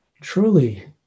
truly